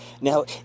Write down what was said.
now